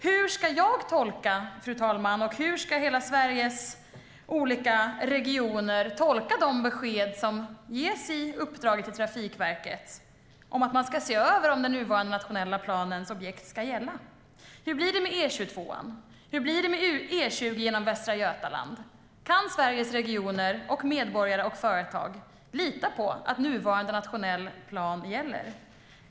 Hur ska jag tolka och hela Sveriges olika regioner tolka de besked som ges i uppdraget till Trafikverket att man ska se över om den nuvarande nationella planens objekt ska gälla? Hur blir det med E22:an? Hur blir det med E20 genom Västra Götaland? Kan Sveriges regioner, medborgare och företag lita på att nuvarande nationell plan gäller?